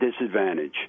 disadvantage